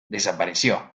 desapareció